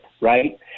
right